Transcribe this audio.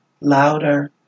louder